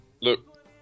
Look